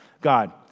God